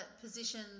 position